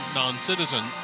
non-citizen